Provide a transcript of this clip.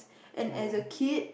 and as a kid